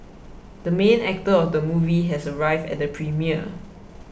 the main actor of the movie has arrived at the premiere